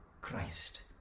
Christ